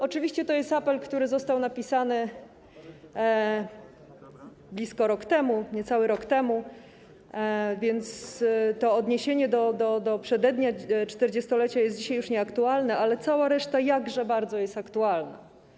Oczywiście to jest apel, który został napisany blisko rok temu, niecały rok temu, więc to odniesienie do przedednia 40-lecia jest dzisiaj już nieaktualne, ale cała reszta jest jakże bardzo aktualna.